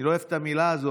אני לא אוהב את המילה הזו,